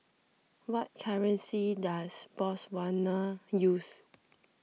what currency does Botswana use